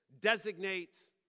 designates